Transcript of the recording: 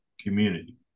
community